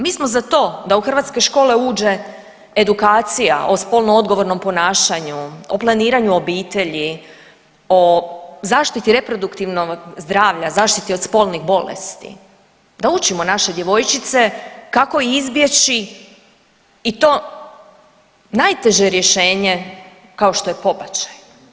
Mi smo za to da u hrvatske škole uđe edukacija o spolno odgovornom ponašanju, o planiranju obitelji, o zaštiti reproduktivnog zdravlja, zaštiti od spolnih bolesti, da učimo naše djevojčice kako izbjeći i to najteže rješenje kao što je pobačaj.